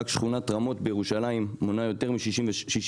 רק שכונת רמות בירושלים מונה יותר מ-60